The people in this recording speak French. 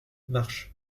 marche